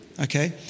okay